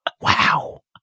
wow